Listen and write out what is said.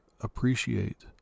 appreciate